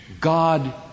God